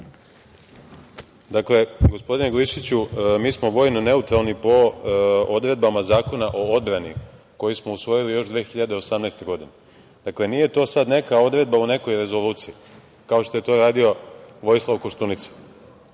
Dakle, gospodine Glišiću, mi smo vojno neutralni po odredbama Zakona o odbrani koji smo usvojili još 2018. godine. Dakle, nije to sad neka odredba u nekoj rezoluciji, kao što je to radio Vojislav Koštunica. Da